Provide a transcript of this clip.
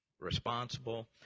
responsible